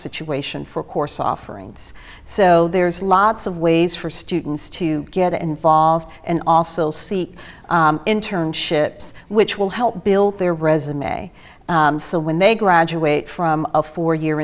situation for course offerings so there's lots of ways for students to get involved an awful sea internships which will help build their resume so when they graduate from a four year